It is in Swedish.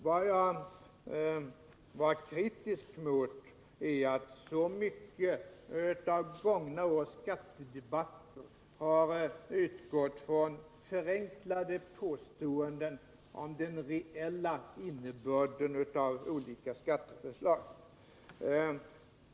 Vad jag var kritisk mot var att så mycket av gångna års skattedebatter har utgått från förenklade påståenden om den reella innebörden av olika skatteförslag.